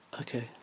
Okay